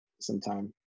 sometime